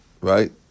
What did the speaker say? right